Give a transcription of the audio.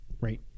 right